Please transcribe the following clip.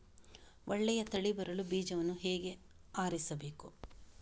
ಒಳ್ಳೆಯ ತಳಿ ಬರಲು ಬೀಜವನ್ನು ಹೇಗೆ ಆರಿಸಬೇಕು?